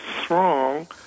strong